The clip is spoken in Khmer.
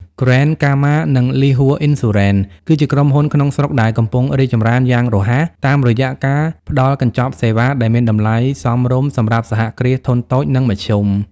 Grand Karma និង Ly Hour Insurance គឺជាក្រុមហ៊ុនក្នុងស្រុកដែលកំពុងរីកចម្រើនយ៉ាងរហ័ស តាមរយៈការផ្ដល់កញ្ចប់សេវាដែលមានតម្លៃសមរម្យសម្រាប់ សហគ្រាសធុនតូច និងមធ្យម។